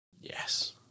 Yes